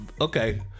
okay